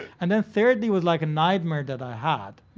and then thirdly was like a nightmare that i had,